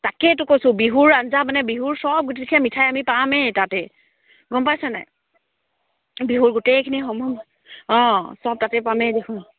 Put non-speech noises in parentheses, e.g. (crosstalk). তাকেইতো কৈছোঁ বিহুৰ আঞ্জা মানে বিহুৰ সব (unintelligible) মিঠাই আমি পামেই তাতেই গম পাইছা নাই বিহুৰ গোটেইখিনি সমূহ অঁ সব তাতেই পামেই দেখোন